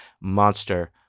Monster